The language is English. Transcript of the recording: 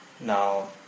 Now